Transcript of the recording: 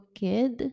kid